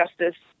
justice